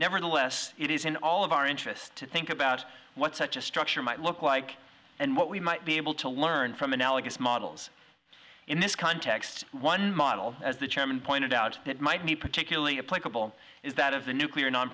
nevertheless it is in all of our interests to think about what such a structure might look like and what we might be able to learn from analogous models in this context one model as the chairman pointed out that might be particularly a play couple is that of the nuclear non